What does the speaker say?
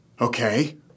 Okay